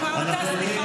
אנחנו עוברים